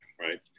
right